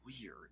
weird